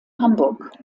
hamburg